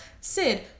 Sid